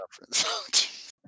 reference